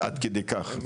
עד כדי כך.